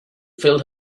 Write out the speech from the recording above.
filled